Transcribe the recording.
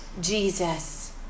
Jesus